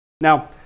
Now